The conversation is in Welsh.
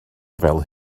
fel